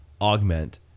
augment